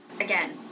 again